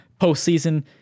postseason